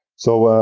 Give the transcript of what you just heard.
so,